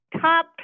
top